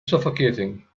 suffocating